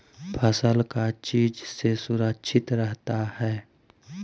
फसल का चीज से सुरक्षित रहता है?